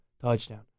touchdown